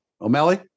O'Malley